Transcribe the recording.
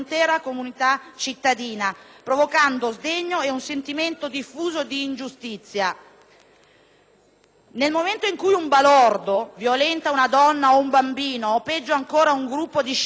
Nel momento in cui un balordo violenta una donna o un bambino, o peggio ancora un gruppo di sciacalli si accanisce su una vittima indifesa violandola o provocandole ferite, che soltanto Dio sa